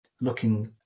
looking